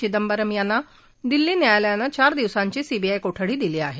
चिंदबरम यांना दिल्ली न्यायालयानं चार दिवसांची सीबीआय कोठडी दिली आहे